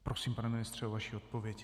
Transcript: Prosím, pane ministře, vaši odpověď.